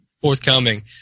forthcoming